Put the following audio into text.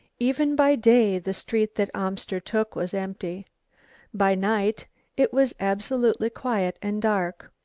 even by day the street that amster took was empty by night it was absolutely quiet and dark,